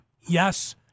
Yes